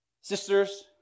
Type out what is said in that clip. Sisters